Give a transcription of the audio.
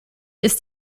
ist